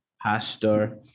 pastor